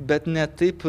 bet ne taip